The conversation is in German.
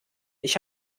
ich